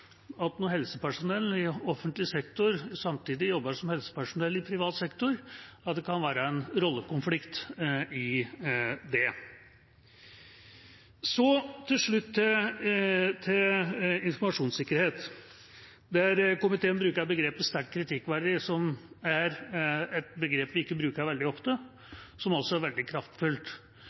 rollekonflikt når helsepersonell i offentlig sektor samtidig jobber som helsepersonell i privat sektor. Så til slutt til informasjonssikkerhet, der komiteen bruker begrepet «sterkt kritikkverdig», som er et begrep vi ikke bruker veldig ofte, og som er veldig kraftfullt.